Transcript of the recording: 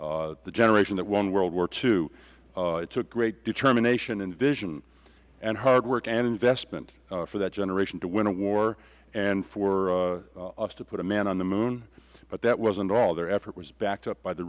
the generation that won world war ii it took great determination and vision and hard work and investment for that generation to win a war and for us to put a man on the moon but that wasn't all their effort was backed up by the